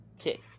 Okay